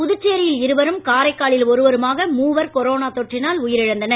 புதுச்சேரியில் இருவரும் காரைக்காலில் ஒருவருமாக மூவர் கொரோனா தொற்றினால் உயிரிழந்தனர்